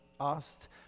asked